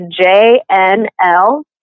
J-N-L